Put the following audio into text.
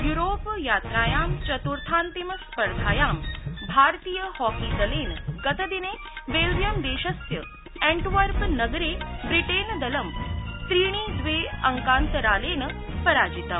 Europe यात्रायां चतुर्थान्तिम स्पर्धायां भारतीय हॉकी दलेन गतदिने बेल्जियम देशस्य एंटवर्पनगरे ब्रिटेनदलं त्रीणि द्वे अंकान्तरालेन पराजितम्